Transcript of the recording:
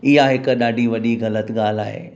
इहा हिक ॾाढी वॾी ग़लति ॻाल्हि आहे